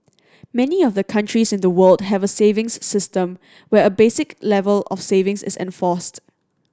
many of the countries in the world have savings system where a basic level of savings is enforced